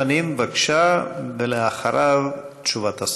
חבר הכנסת דב חנין, בבקשה, ואחריו תשובת השר.